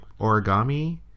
origami